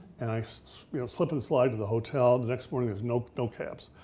and i so you know slip and slide to the hotel. the next morning there's no no cabs,